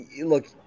Look